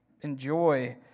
enjoy